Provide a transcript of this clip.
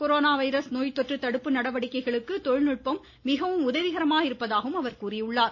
corona virus நோய் தொற்று தடுப்பு நடவடிக்கைகளுக்கு தொழில்நுட்பம் மிகவும் உதவிகரமாக இருப்பதாக கூறியுள்ளார்